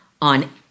on